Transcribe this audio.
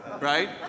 right